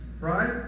right